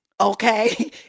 okay